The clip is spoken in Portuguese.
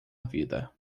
vida